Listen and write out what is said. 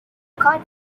kite